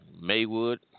Maywood